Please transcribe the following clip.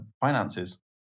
finances